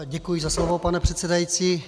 Děkuji za slovo, pane předsedající.